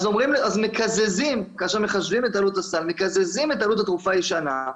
אז מקזזים כאשר מחשבים את עלות הסל את עלות התרופה הישנה,